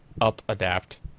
up-adapt